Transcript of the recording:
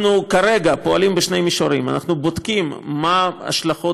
כרגע אנחנו פועלים בשני מישורים: אנחנו בודקים מה ההשלכות